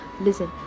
Listen